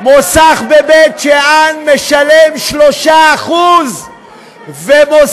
מוסך בבית שאן משלם 3% מיקי,